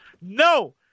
No